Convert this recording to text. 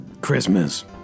christmas